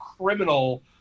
criminal